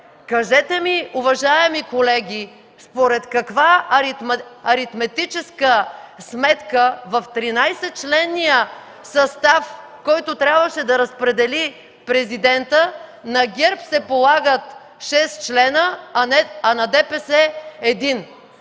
Кажете ми, уважаеми колеги, според каква аритметическа сметка в 13-членния състав, който трябваше да разпредели Президентът, на ГЕРБ се полагат 6 члена, а на ДПС – 1?